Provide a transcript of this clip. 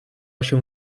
się